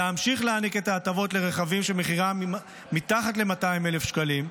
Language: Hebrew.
להמשיך להעניק את ההטבות לרכבים שמחירם מתחת ל-200,000 שקלים,